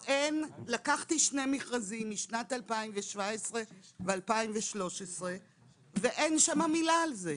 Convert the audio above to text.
לקחתי שני מכרזים משנת 2017 ו-2013 ואין שם מילה על זה.